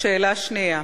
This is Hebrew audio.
שאלה שנייה,